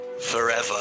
forever